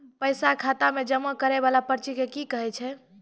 पैसा खाता मे जमा करैय वाला पर्ची के की कहेय छै?